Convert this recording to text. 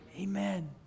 amen